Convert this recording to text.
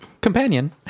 Companion